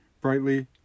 brightly